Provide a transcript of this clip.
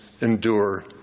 endure